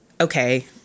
okay